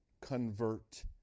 convert